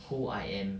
who I am